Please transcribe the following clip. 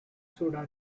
soda